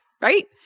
right